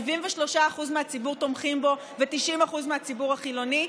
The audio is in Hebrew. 73% מהציבור תומכים בו ו-90% מהציבור החילוני,